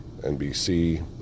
NBC